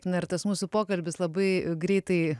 na ir tas mūsų pokalbis labai greitai